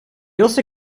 also